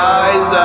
eyes